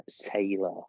Taylor